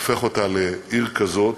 הופך אותה לעיר כזאת,